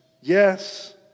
Yes